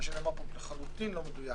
מה שנאמר פה לחלוטין לא מדויק